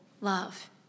love